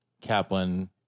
Kaplan